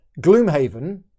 Gloomhaven